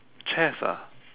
chess ah